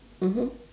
mmhmm